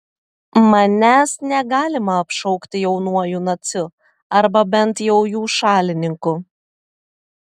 manęs negalima apšaukti jaunuoju naciu arba bent jau jų šalininku